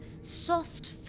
soft